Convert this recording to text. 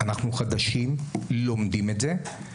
אנחנו חדשים, לומדים את זה.